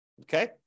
Okay